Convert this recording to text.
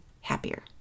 happier